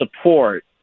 support